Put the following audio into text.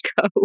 go